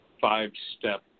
five-step